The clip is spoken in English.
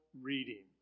Reading